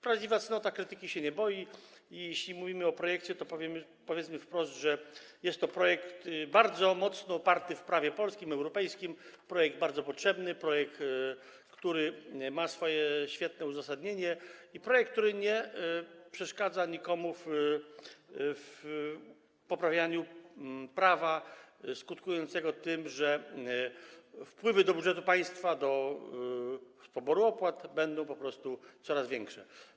Prawdziwa cnota krytyki się nie boi i jeśli mówimy o projekcie, to powiedzmy wprost, że jest to projekt bardzo mocno osadzony w prawie polskim, europejskim, projekt bardzo potrzebny, projekt, który ma swoje świetne uzasadnienie, i projekt, który nie przeszkadza nikomu w poprawianiu prawa skutkującego tym, że wpływy do budżetu państwa z poboru opłat będą po prostu coraz większe.